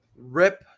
rip